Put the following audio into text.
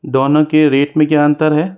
दोनों के रेट में क्या अंतर है